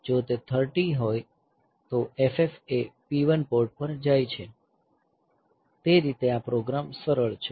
જો તે 30 હોય તો FF એ P1 પોર્ટ પર જાય છે તે રીતે આ પ્રોગ્રામ સરળ છે